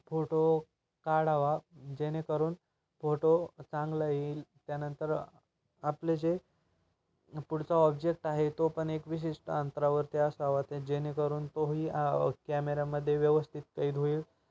photo काढावा जेणेकरून photo चांगला येईल त्यानंतर आपले जे पुढचा ऑब्जेक्ट आहे तो पण एक विशिष्ट अंतरावर त्यास हवा ते जेणेकरून तोही कॅमेऱ्यामध्ये व्यवस्थित कैद होईल